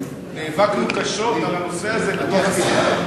אחרי שנאבקנו קשות על הנושא הזה בתוך הסיעה?